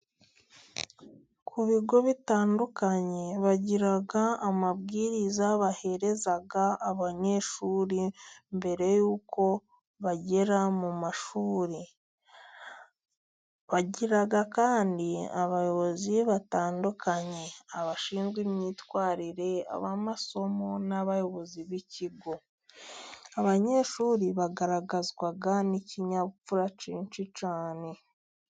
Ku bigo bitandukanye bagira amabwiriza bahereza abanyeshuri mbere y'uko bagera mu mashuri, bagira kandi abayobozi batandukanye abashinzwe imyitwarire, ab'amasomo, n'abayobozi b'ikigo. Abanyeshuri bagaragazwa n'ikinyabupfura cyinshi cyane.